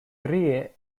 ríe